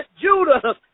Judah